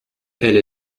elle